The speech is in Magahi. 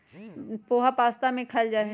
पोहा नाश्ता में खायल जाहई